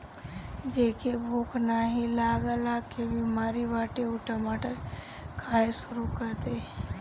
जेके भूख नाही लागला के बेमारी बाटे उ टमाटर खाए शुरू कर दे